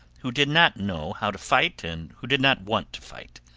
who did not know how to fight and who did not want to fight.